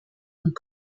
und